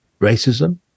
racism